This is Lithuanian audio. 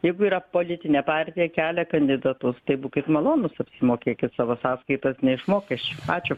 jeigu yra politinė partija kelia kandidatus tai būkit malonūs apsimokėkit savo sąskaitas ne iš mokesčių ačiū